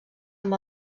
amb